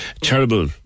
terrible